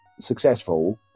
successful